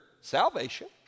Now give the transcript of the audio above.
salvation